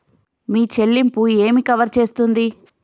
మీ చెల్లింపు ఏమి కవర్ చేస్తుంది?